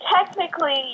technically